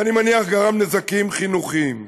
ואני מניח שגרם נזקים חינוכיים.